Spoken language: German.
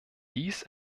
dies